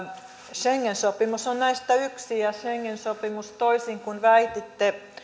schengen sopimus on näistä yksi ja schengen sopimus toisin kuin väititte